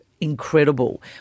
incredible